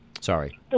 Sorry